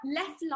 less